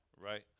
right